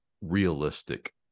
realistic